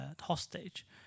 hostage